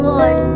Lord